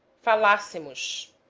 falassemos